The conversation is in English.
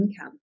income